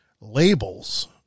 labels